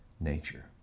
nature